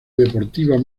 deportiva